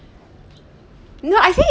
no I say